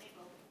אני פה.